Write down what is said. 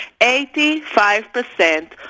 85%